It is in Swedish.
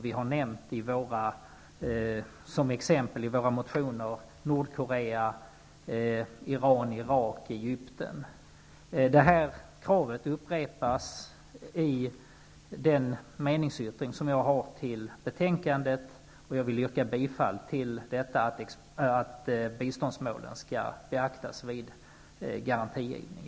Vi nämner i våra motioner som exempel Nordkorea, Iran, Irak och Egypten. Kravet upprepas i den meningsyttring som jag har till betänkandet. Jag yrkar bifall till den, som innebär att biståndsmålen skall beaktas vid garantier.